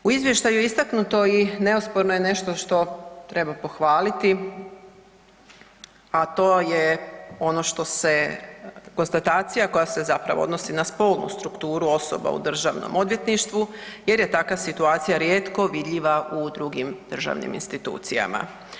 U izvještaju je istaknuto i neosporno je nešto što treba pohvaliti, a to je ono što se konstatacija koja se zapravo odnosi na spolnu strukturu osoba u državnom odvjetništvu jer je takva situacija rijetko vidljiva u drugim državnim institucijama.